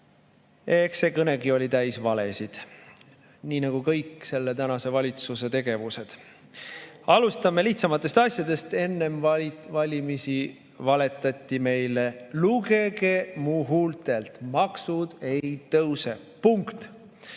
Eks see kõnegi oli täis valesid, nii nagu kõik selle valitsuse tegevused. Alustame lihtsamatest asjadest. Enne valimisi valetati meile: "Lugege mu huultelt: maksud ei tõuse! Punkt."